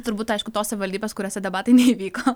turbūt aišku tos savivaldybės kuriose debatai neįvyko